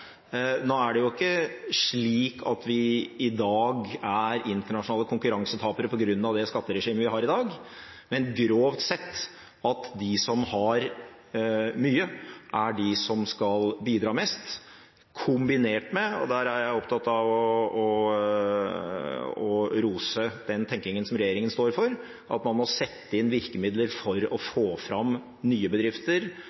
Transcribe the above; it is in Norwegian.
Nå er det ikke slik at vi i dag er internasjonale konkurransetapere på grunn av det skatteregimet vi har i dag, men grovt sett er det slik at de som har mye, er de som skal bidra mest, kombinert med – og der er jeg opptatt av å rose den tenkningen som regjeringen står for – at man må sette inn virkemidler for å